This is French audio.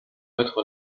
être